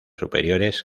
superiores